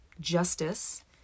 Justice